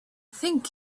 think